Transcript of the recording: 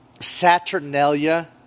Saturnalia